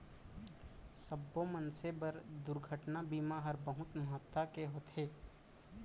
सब्बो मनसे बर दुरघटना बीमा हर बहुत महत्ता के होथे